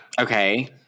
Okay